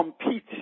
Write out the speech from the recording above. compete